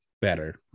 better